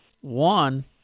One